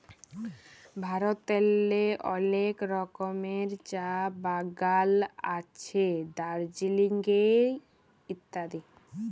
ভারতেল্লে অলেক রকমের চাঁ বাগাল আছে দার্জিলিংয়ে ইত্যাদি